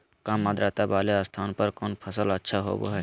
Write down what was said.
काम आद्रता वाले स्थान पर कौन फसल अच्छा होबो हाई?